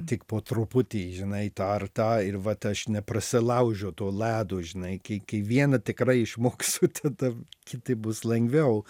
tik po truputį žinai tą ar tą ir vat aš neprasilaužiu to ledo žinai kai kai vieną tikrai išmoksiu tada kiti bus lengviau